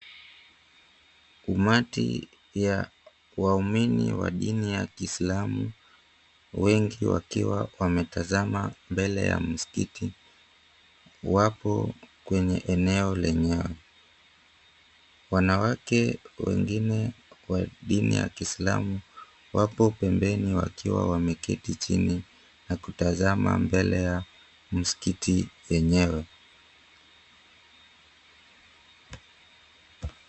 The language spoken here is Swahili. Umati ya waumini wa dini ya Kiislamu, wengi wakiwa wametazama mbele ya mskiti, wapo kwenye eneo lenyewe. Wanawake wenginine wa dini ya Kiislamu wako pembeni, wakiwa wameketi chini na kutazama mbele ya mskiti enyewe.